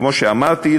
כמו שאמרתי,